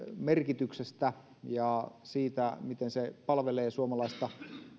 merkityksestä ja siitä miten se palvelee suomalaista